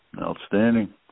Outstanding